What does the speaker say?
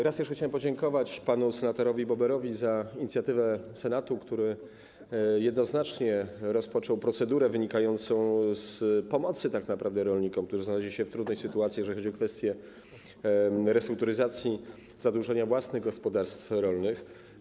Raz jeszcze chciałem podziękować panu senatorowi Boberowi za inicjatywę Senatu, który jednoznacznie rozpoczął procedurę wynikającą z potrzeby pomocy tak naprawdę rolnikom, którzy znaleźli się w trudnej sytuacji, jeżeli chodzi o kwestię restrukturyzacji zadłużenia ich gospodarstw rolnych.